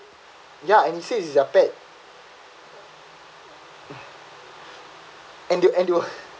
ya and he said it their pet and they and they were